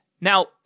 Now